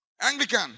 Anglican